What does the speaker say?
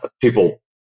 people